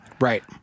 right